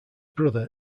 brother